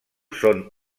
són